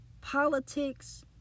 politics